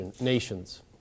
nations